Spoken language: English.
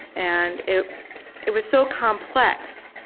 and it it was so complex,